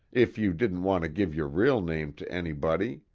if you didn't want to give your real name to anybody